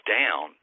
down